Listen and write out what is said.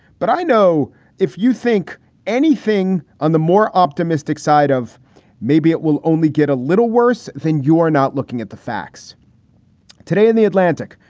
but i know if you think anything on the more optimistic side of maybe it will only get a little worse than you not looking at the facts today in the atlantic,